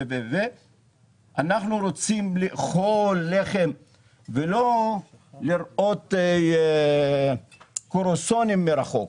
אנחנו רוצים לאכול לחם ולא לראות קרואסונים מרחוק.